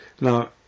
Now